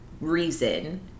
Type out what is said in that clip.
reason